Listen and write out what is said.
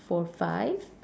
four five